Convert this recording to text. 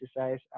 exercise